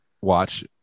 watch